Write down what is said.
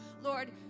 Lord